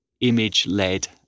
image-led